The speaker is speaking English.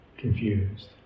confused